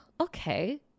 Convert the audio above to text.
Okay